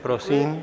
Prosím.